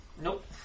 Nope